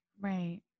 right